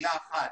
מילה אחת.